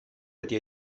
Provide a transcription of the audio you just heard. wedi